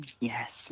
yes